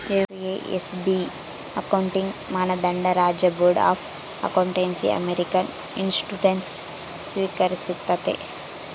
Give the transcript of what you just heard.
FASB accounting ಮಾನದಂಡ ರಾಜ್ಯ board of accountancy American institutes ಸ್ವೀಕರಿಸ್ತತೆ